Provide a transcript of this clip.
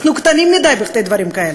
אנחנו קטנים מדי בשביל דברים כאלה.